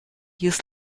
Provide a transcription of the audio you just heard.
use